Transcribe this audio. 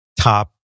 top